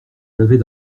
l’avais